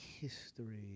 history